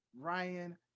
Ryan